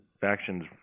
factions